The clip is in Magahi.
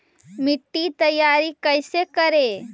मिट्टी तैयारी कैसे करें?